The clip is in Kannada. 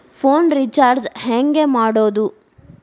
ಫೋನ್ ರಿಚಾರ್ಜ್ ಹೆಂಗೆ ಮಾಡೋದು?